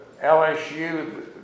LSU